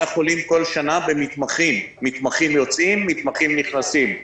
החולים בכל שנה במתמחים מתמחים יוצאים ומתמחים נכנסים.